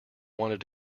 wanted